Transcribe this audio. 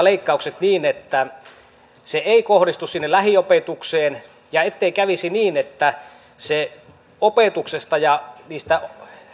leikkaukset niin että se ei kohdistu sinne lähiopetukseen ja ettei kävisi niin että opetuksesta ja niistä